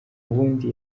ubundi